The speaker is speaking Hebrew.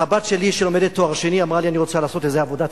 הבת שלי שלומדת לתואר שני אמרה לי: אני רוצה לעשות איזה עבודה צדדית.